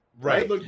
right